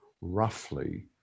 roughly